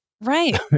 Right